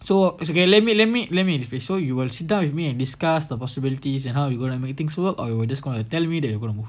so it's okay let me let me let me interface so you will sit down with me and discussed the possibilities and how you gonna make things work or you just gonna tell me that you gonna move